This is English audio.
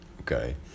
okay